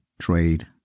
trade